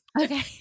okay